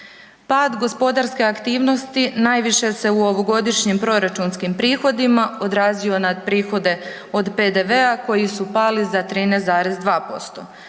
Pad gospodarske aktivnosti najviše se u ovogodišnjim proračunskim prihodima odrazio na prihode od PDV-a koji su pali za 13,2%.